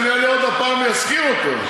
אני אעלה שוב ואזכיר אותו.